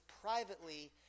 privately